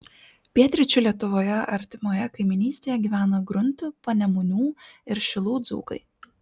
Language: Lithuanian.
pietryčių lietuvoje artimoje kaimynystėje gyvena gruntų panemunių ir šilų dzūkai